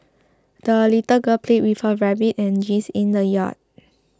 the little girl played with her rabbit and geese in the yard